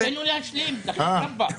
ינון, תן לו להשלים, בחייאת רבאק.